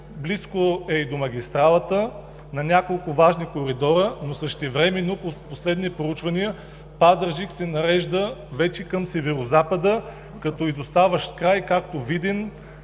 близко е и до магистралата, на няколко важни коридора, но същевременно при последни проучвания Пазарджик се нарежда вече към Северозапада, като изоставащ град, както Видин,